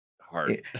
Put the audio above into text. hard